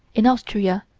in austria,